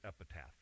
epitaph